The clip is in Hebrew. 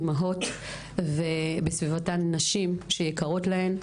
אימהות ובסביבתו נשים שיקרות להן.